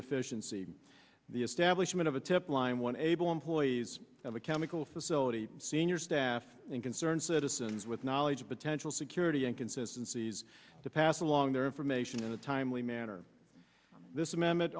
deficiency the establishment of a tip line one able employees of a chemical facility senior staff and concerned citizens with knowledge of potential security and consistencies to pass along their information in a timely manner this amendment